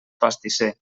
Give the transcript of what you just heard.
pastisser